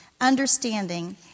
Understanding